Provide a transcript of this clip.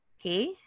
okay